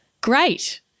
Great